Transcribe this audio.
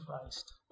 Christ